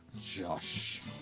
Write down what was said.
Josh